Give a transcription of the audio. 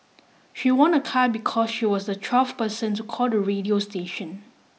she won a car because she was the twelfth person to call the radio station